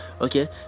okay